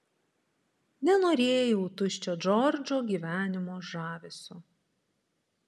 nenorėjau tuščio džordžo gyvenimo žavesio